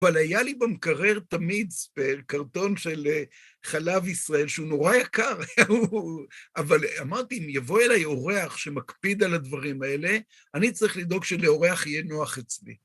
אבל היה לי במקרר תמיד ספל, קרטון של חלב ישראל, שהוא נורא יקר, אבל אמרתי, אם יבוא אליי עורך שמקפיד על הדברים האלה, אני צריך לדאוג שלעורך יהיה נוח אצלי.